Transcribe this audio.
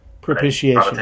propitiation